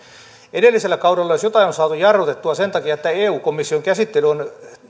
edellisellä kaudella jos jotain on saatu jarrutettua sen takia että eu komission käsittely on